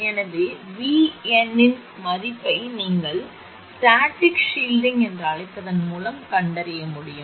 எனவே Vn இன் மதிப்பை நீங்கள் ஸ்டாடிக் ஷில்ட்டிங் என்று அழைப்பதன் மூலம் கண்டறிய முடியும்